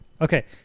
Okay